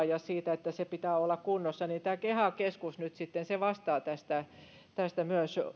ja siitä että sen pitää olla kunnossa mainitsi kontula keha keskus nyt sitten vastaa myös